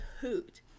hoot